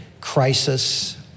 crisis